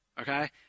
Okay